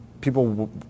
people